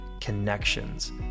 connections